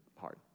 hard